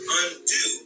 undo